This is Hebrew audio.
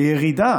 וירידה